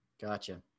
Gotcha